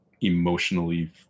emotionally